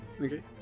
Okay